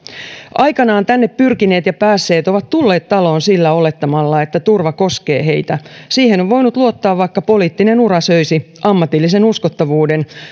aikanaan tänne pyrkineet ja päässeet ovat tulleet taloon sillä olettamalla että turva koskee heitä siihen on voinut luottaa vaikka poliittinen ura söisi ammatillisen uskottavuuden